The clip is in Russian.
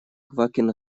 квакин